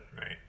right